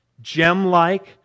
gem-like